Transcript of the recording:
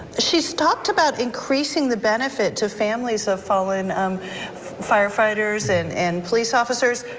she's talked about increasing the benefit to families of fallen um firefighters and and police officers.